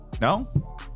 No